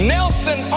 Nelson